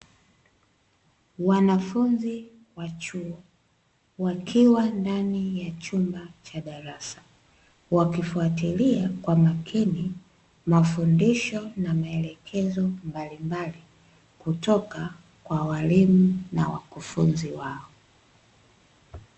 Wanafunzi wa chuo wakiwa ndani ya chumba cha darasa wakifuatilia kwa makini mafundisho na maelekezo mbalimbali kutoka kwa walimu na wakufunzi wao.